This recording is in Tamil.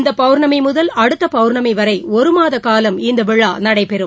இந்த பௌர்ணமி முதல் அடுத்த பௌர்ணமி வரை ஒருமாத காலம் இந்த விழா நடைபெறும்